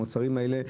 המוצרים האלה,